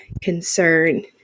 concern